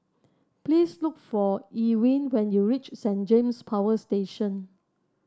please look for Elwyn when you reach Saint James Power Station